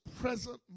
present